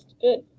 Good